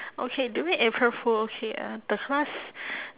okay during april fool okay uh the class